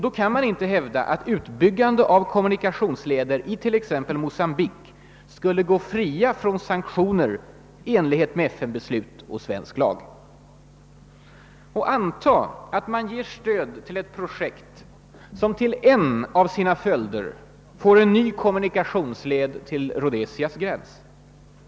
Då kan man inte hävda att utbyggande av kommunikationsleder i t.ex. Mocambique skulle gå fria från sanktioner i enlighet med FN-beslut och svensk lag. Och anta att man ger stöd till ett projekt, vilket som en av sina följder får en ny kommunikationsled till Rhodesias gräns!